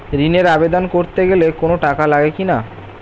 ঋণের আবেদন করতে গেলে কোন টাকা লাগে কিনা?